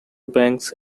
banks